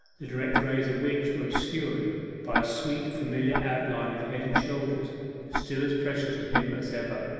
the direct rays of which were obscured by a sweet familiar outline of head and shoulders still as precious to him as ever.